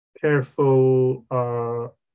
careful